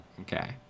Okay